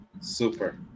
Super